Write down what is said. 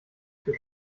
für